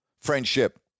friendship